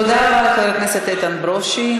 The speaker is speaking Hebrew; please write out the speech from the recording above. תודה לחבר הכנסת איתן ברושי.